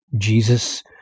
Jesus